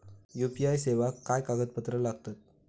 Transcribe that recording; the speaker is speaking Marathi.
यू.पी.आय सेवाक काय कागदपत्र लागतत काय?